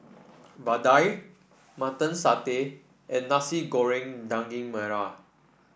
vadai Mutton Satay and Nasi Goreng Daging Merah